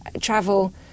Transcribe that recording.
travel